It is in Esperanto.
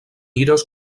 iros